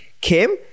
Kim